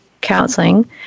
counseling